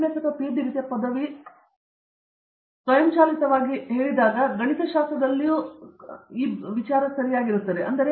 S ಅಥವಾ PhD ರೀತಿಯ ಪದವಿ ಸ್ವಯಂಚಾಲಿತವಾಗಿ ಹೇಳಿದಾಗ ಗಣಿತಶಾಸ್ತ್ರದಲ್ಲಿಯೂ ನಾನು ಖಚಿತವಾಗಿರುತ್ತೇನೆ